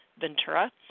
Ventura